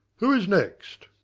who is next?